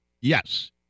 Yes